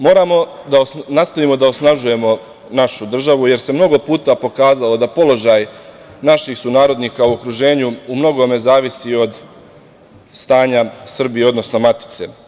Moramo da nastavimo da osnažujemo našu državu, jer se mnogo puta pokazalo da položaj naših sunarodnika u okruženju u mnogome zavisi od stanja Srbije, odnosno Matice.